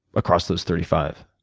across those thirty five?